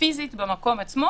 הסנקציה תיקבע בתקנות.